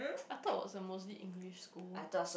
I thought it was a mostly English school